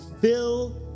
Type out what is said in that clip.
fill